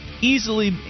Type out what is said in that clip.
easily